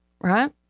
Right